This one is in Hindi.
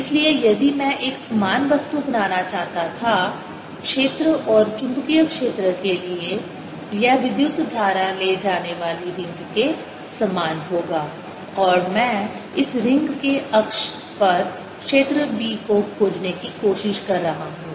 इसलिए यदि मैं एक समान वस्तु बनाना चाहता था क्षेत्र और चुंबकीय क्षेत्र के लिए यह विद्युत धारा ले जाने वाली रिंग के समान होगा और मैं इस रिंग के अक्ष पर क्षेत्र B को खोजने की कोशिश कर रहा हूं